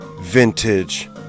vintage